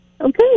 Okay